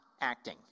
acting